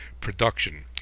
production